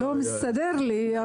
לא תמיד מסתדר לי,